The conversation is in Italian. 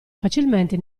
facilmente